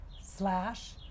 slash